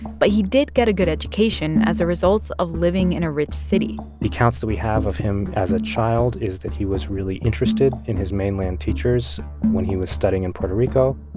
but he did get a good education as a result of living in a rich city the accounts that we have of him as a child is that he was really interested in his mainland teachers when he was studying in puerto rico.